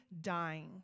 dying